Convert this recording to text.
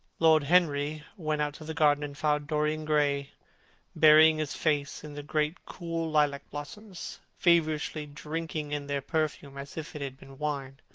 lord henry went out to the garden and found dorian gray burying his face in the great cool lilac-blossoms, feverishly drinking in their perfume as if it had been wine.